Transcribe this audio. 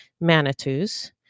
Manitous